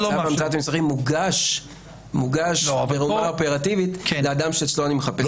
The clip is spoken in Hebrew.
צו המצאת מסמכים מוגש ברמה אופרטיבית לאדם שאצלו אני מחפש.